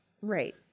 Right